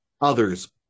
others